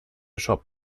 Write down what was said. shop